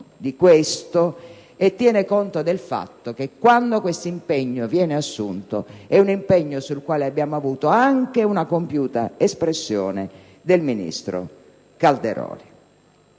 di questo e anche del fatto che quando questo impegno viene assunto è un impegno sul quale abbiamo ricevuto anche una compiuta espressione del ministro Calderoli.